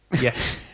yes